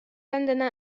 عندنا